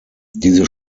diese